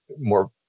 more